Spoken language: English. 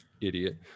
idiot